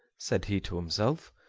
said he to himself,